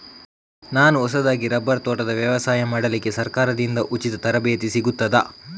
ನಾನು ಹೊಸದಾಗಿ ರಬ್ಬರ್ ತೋಟದ ವ್ಯವಸಾಯ ಮಾಡಲಿಕ್ಕೆ ಸರಕಾರದಿಂದ ಉಚಿತ ತರಬೇತಿ ಸಿಗುತ್ತದಾ?